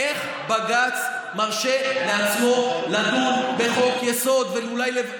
איך בג"ץ מרשה לעצמו לדון בחוק-יסוד ואולי לבטל,